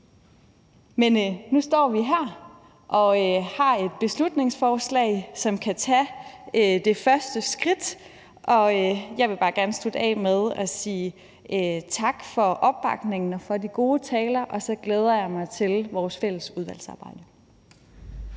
Men nu står vi her og har et beslutningsforslag, hvormed vi kan tage det første skridt, og jeg vil bare gerne slutte af med at sige tak for opbakningen og for de gode taler, og så glæder jeg mig til vores fælles udvalgsarbejde.